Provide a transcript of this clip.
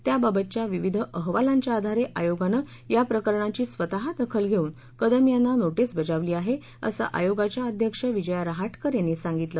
त्याबाबतच्या विविध अहवालांच्या आधारे आयोगानं या प्रकरणाची स्वतः दखल घेऊन कदम यांना नोटीस बजावली आहे असं आयोगाच्या अध्यक्ष विजया रहाटकर यांनी सांगितलं